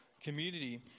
community